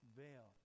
veil